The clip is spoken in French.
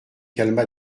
calma